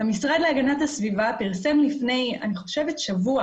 המשרד להגנת הסביבה פרסם לפני שבוע,